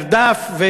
מרדף,